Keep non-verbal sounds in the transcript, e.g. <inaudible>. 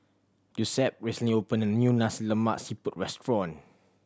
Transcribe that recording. Giuseppe recently opened a new <unintelligible> Lemak Siput restaurant